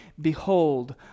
behold